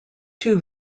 too